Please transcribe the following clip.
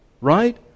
Right